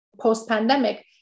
post-pandemic